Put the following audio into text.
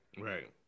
Right